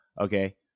okay